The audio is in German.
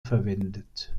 verwendet